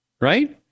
Right